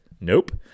Nope